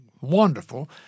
wonderful